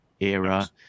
era